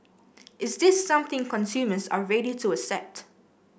is this something consumers are ready to accept